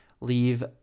Leave